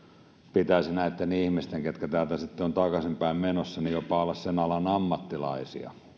pitäisi näiden ihmisten ketkä täältä sitten ovat takaisinpäin menossa jopa olla sen alan ammattilaisia